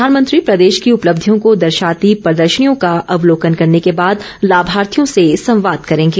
प्रधानमंत्री प्रदेश की उपलब्धियों को दर्शाती प्रदर्शनियों का अवलोकन करने के बाद लाभार्थियों से संवाद करेंगे